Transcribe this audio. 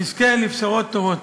נזכה לבשורות טובות.